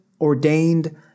ordained